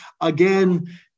Again